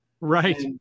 Right